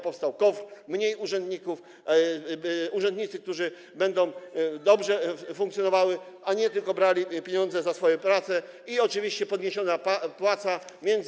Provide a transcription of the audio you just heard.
Powstał KOWR - mniej urzędników, urzędnicy, którzy będą dobrze funkcjonowali, a nie tylko brali pieniądze za pracę, oczywiście podniesienie płacy.